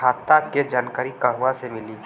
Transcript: खाता के जानकारी कहवा से मिली?